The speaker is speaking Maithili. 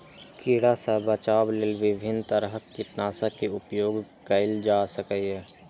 कीड़ा सं बचाव लेल विभिन्न तरहक कीटनाशक के उपयोग कैल जा सकैए